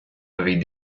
avec